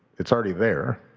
it's already there.